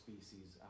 Species